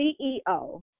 CEO